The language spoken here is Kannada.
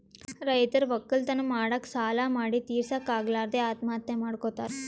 ರೈತರ್ ವಕ್ಕಲತನ್ ಮಾಡಕ್ಕ್ ಸಾಲಾ ಮಾಡಿ ತಿರಸಕ್ಕ್ ಆಗಲಾರದೆ ಆತ್ಮಹತ್ಯಾ ಮಾಡ್ಕೊತಾರ್